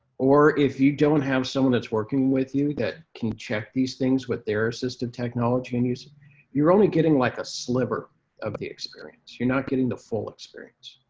or if you don't have someone that's working with you that can check these things with their assistive technology and use it, you're only getting like a sliver of the experience. you're not getting the full experience.